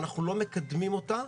ואנחנו לא מקדמים אותה,